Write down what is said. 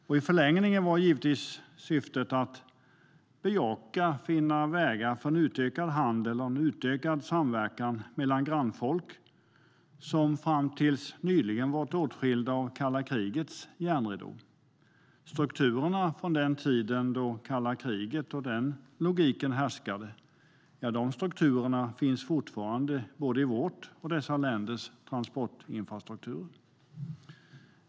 I förlängningen har syftet varit att bejaka och finna vägar för en utökad handel och en utökad samverkan mellan grannfolk som fram tills nyligen varit åtskilda av kalla krigets järnridå. Strukturerna från den tiden då kalla kriget härskade finns fortfarande både i vårt lands och i dessa länders transportinfrastrukturer.